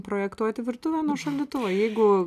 projektuoti virtuvę nuo šaldytuvo jeigu